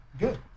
Good